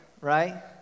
right